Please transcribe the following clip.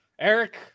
Eric